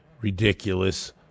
ridiculous